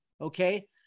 okay